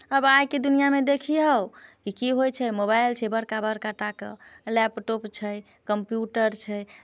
आब आइके दुनिआँमे देखियौ कि की होइ छै मोबाइल छै बड़का बड़का टाके लैपटॉप छै कम्प्यूटर छै